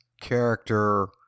character